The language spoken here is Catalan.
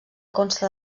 consta